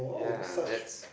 yeah that's